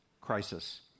crisis